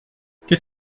qu’est